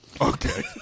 Okay